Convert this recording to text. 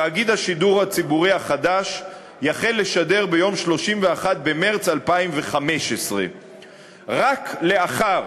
תאגיד השידור הציבורי החדש יחל לשדר ביום 31 במרס 2015. רק לאחר,